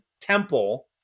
temple